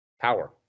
power